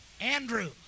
Andrew